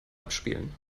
abspielen